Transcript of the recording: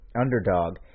Underdog